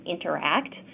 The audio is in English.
interact